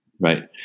right